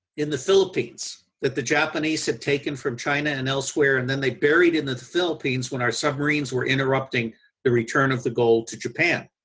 in the philippines, that the japanese had taken from china and elsewhere and then they buried it in the the philippines when our submarines were interrupting the return of the gold to japan.